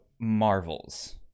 Marvels